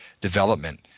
development